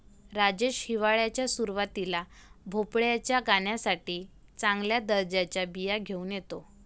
राजेश हिवाळ्याच्या सुरुवातीला भोपळ्याच्या गाण्यासाठी चांगल्या दर्जाच्या बिया घेऊन येतो